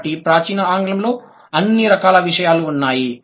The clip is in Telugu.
కాబట్టి ప్రాచీన ఆంగ్లంలో అన్ని రకాల విషయాలు ఉన్నాయి